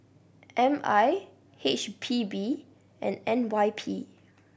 M I H P B and N Y P